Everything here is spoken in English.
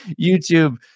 YouTube